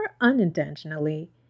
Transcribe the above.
unintentionally